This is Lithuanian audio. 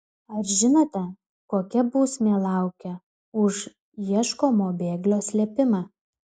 ar žinote kokia bausmė laukia už ieškomo bėglio slėpimą